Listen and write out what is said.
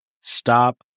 stop